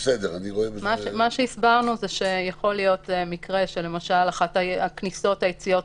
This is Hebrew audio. מה שהסברנו זה שיכול להיות מקרה שאחת הכניסות או היציאות